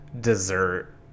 dessert